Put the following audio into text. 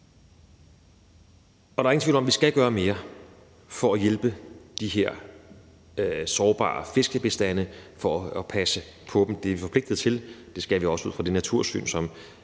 Der er ingen tvivl om, at vi skal gøre mere for at hjælpe de her sårbare fiskebestande for at passe på dem. Det er vi forpligtet til; det skal vi også ud fra det natursyn, som